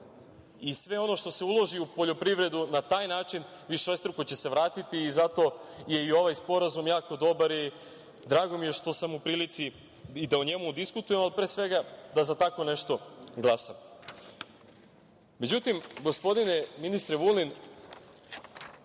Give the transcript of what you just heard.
Sve ono što se uloži u poljoprivredu na taj način višestruko će se vratiti i zato je i ovaj sporazum jako dobar i drago mi je što sam u prilici da o njemu diskutujem, ali pre svega da za tako nešto glasam.Međutim, gospodine ministre Vulin,